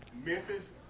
Memphis